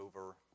over